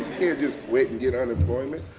just quit and get unemployment.